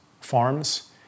farms